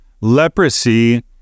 Leprosy